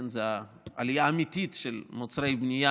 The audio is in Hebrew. זו העלייה האמיתית של מוצרי בנייה,